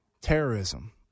terrorism